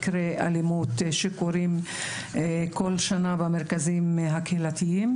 מקרי אלימות שקורים כל שנה במרכזים הקהילתיים,